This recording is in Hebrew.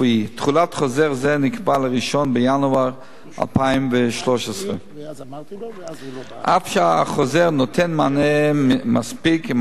תחולת חוזר זה נקבעה ל-1 בינואר 2013. אף שהחוזר נותן מענה מספק ומקיף,